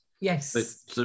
Yes